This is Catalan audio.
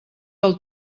del